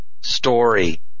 story